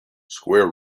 square